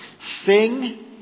Sing